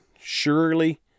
Surely